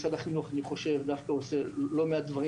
אני חושב שמשרד החינוך דווקא עושה לא מעט דברים